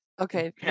Okay